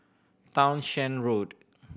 Townshend Road